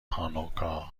هانوکا